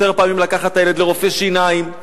יותר פעמים לקחת את הילד לרופא שיניים,